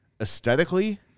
aesthetically